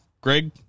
Greg